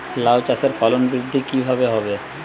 লাউ চাষের ফলন বৃদ্ধি কিভাবে হবে?